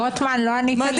רוטמן, לא ענית לי